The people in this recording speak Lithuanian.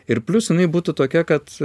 ir plius jinai būtų tokia kad